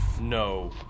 No